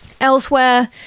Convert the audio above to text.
Elsewhere